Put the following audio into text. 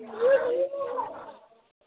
अ